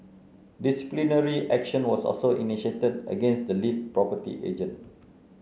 disciplinary action was also initiated against the lead property agent